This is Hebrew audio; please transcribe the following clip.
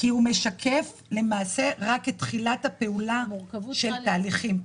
נכון, כי הוא משקף רק את תחילת הפעולה של תהליכים.